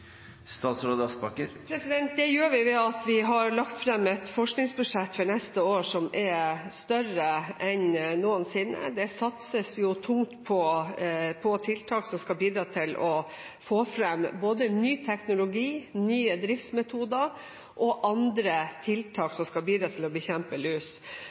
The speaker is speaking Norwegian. Det gjør vi ved at vi har lagt fram et forskningsbudsjett for neste år som er større enn noensinne. Det satses tungt på tiltak som skal bidra til å få fram både ny teknologi og nye driftsmetoder, og på andre tiltak som skal bidra til å bekjempe lus.